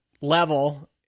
level